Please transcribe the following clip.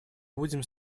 будем